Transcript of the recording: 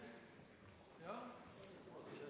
ja, det er det.